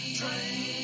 train